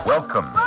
Welcome